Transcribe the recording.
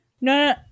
No